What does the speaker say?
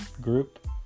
group